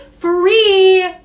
Free